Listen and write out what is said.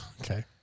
Okay